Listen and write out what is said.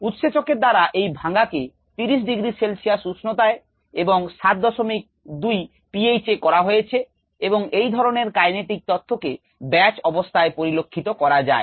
উৎসেচক এর দ্বারা এই ভাঙ্গা কে 30 ডিগ্রি সেলসিয়াস উষ্ণতায় এবং 72 p h এ করা হয়েছে এবং এই ধরনের কাইনেটিক তথ্যকে ব্যাচ অবস্থায় পরিলক্ষিত করা যায়